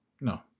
No